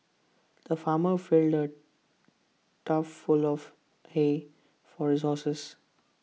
the farmer filled A tough full of hay for resources